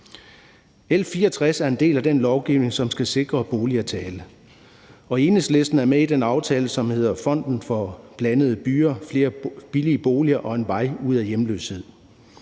L 64 er en del af den lovgivning, som skal sikre boliger til alle, og Enhedslisten er med i den aftale, som hedder »Fonden for blandede byer – flere billige boliger og en vej ud af hjemløshed«.